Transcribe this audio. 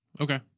Okay